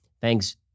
Thanks